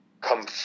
come